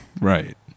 Right